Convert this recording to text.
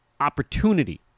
Opportunity